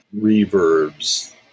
reverbs